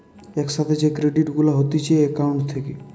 এক সাথে যে ক্রেডিট গুলা হতিছে একাউন্ট থেকে